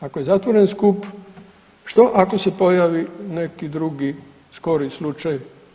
Ako je zatvoren skup što ako se pojavi neki drugi skori slučaj.